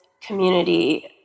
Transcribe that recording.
community